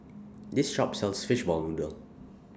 This Shop sells Fishball Noodle